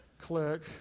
click